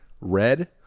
red